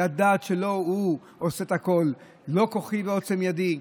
לדעת שלא הוא עושה הכול, לא "כחי ועצם ידי"